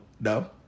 No